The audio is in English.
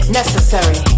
necessary